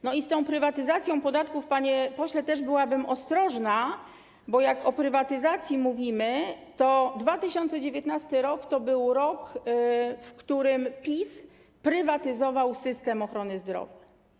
I z tą prywatyzacją podatków, panie pośle, też byłabym ostrożna, bo jak o prywatyzacji mówimy, to 2019 r. to był rok, w którym PiS prywatyzował system ochrony zdrowia.